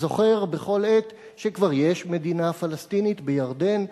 וזוכר בכל עת שכבר יש מדינה פלסטינית בירדן,